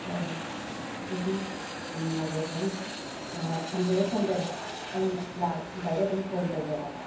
ꯍꯣꯏ ꯍꯣꯏ ꯑꯗꯨꯗꯤ ꯌꯥꯝ ꯅꯨꯡꯉꯥꯏꯖꯔꯦ ꯄꯥꯕꯨꯡ ꯑꯥ ꯊꯝꯖꯔꯦ ꯊꯝꯖꯔꯦ ꯑꯩ ꯂꯥꯛꯑꯝꯗꯥꯏꯗ ꯑꯗꯨꯝ ꯐꯣꯟ ꯇꯧꯖꯔꯒꯦ